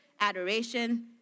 adoration